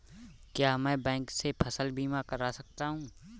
क्या मैं बैंक से फसल बीमा करा सकता हूँ?